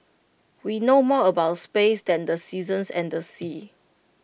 we know more about space than the seasons and the seas